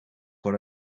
what